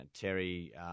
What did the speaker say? Terry